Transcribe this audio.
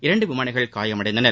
இரண்டு விமானிகள் காயமடைந்தனர்